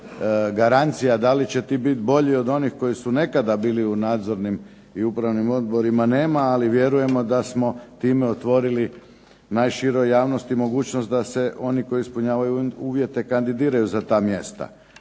da li će ti biti bolji od onih koji su nekada bili u nadzornim i upravnim odborima nema. Ali vjerujemo da smo time otvorili najširoj javnosti mogućnost da se oni koji ispunjavaju uvjete kandidiraju za ta mjesta.